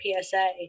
PSA